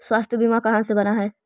स्वास्थ्य बीमा कहा से बना है?